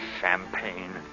Champagne